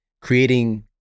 creating